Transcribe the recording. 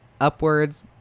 upwards